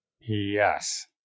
Yes